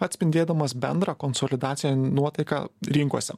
atspindėdamas bendrą konsolidaciją nuotaiką rinkose